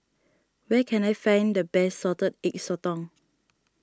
where can I find the best Salted Egg Sotong